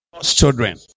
children